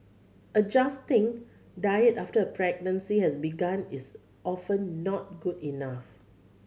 adjusting diet after a pregnancy has begun is often not good enough